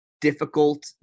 difficult